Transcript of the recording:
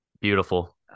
Beautiful